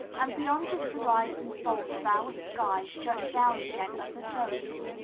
and beyond this horizon-fold of our sky shut down again other domes,